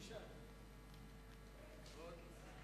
אדוני היושב-ראש,